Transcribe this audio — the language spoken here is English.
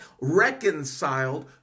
reconciled